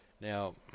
Now